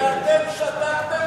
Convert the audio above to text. ואתם שתקתם